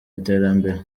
iterambere